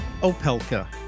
Opelka